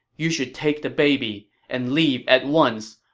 you should take the baby and leave at once.